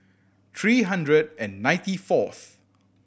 three hundred and ninety fourth